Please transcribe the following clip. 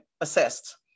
assessed